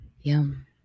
Yum